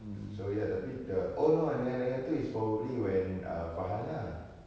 so ya tapi dah oh no dengan ayah tu is probably when uh farhan ah